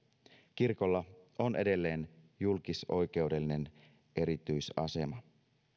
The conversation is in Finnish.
kirkolla on edelleen julkisoikeudellinen erityisasema